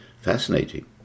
fascinating